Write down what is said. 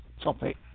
topic